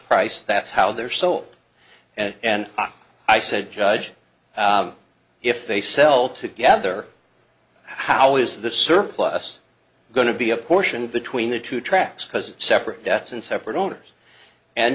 price that's how they're sold and i said judge if they sell together how is the surplus going to be apportioned between the two tracks because separate debts and separate owners and